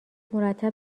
مرتب